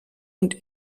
und